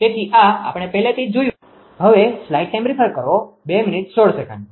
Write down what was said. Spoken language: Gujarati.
તેથી આ આપણે પહેલેથી જ જોયું છે